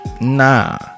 nah